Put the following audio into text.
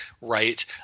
right